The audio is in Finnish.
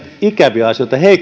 ikäviä asioita